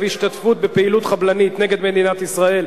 השתתפות בפעילות חבלנית נגד מדינת ישראל,